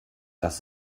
das